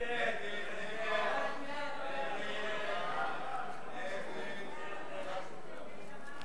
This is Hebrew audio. ההצעה להסיר מסדר-היום את הצעת חוק